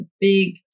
big